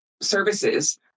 services